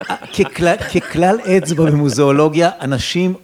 ככלל עצבו במוזיאולוגיה, אנשים...